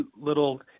little